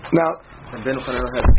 now